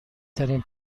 ترین